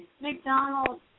McDonald's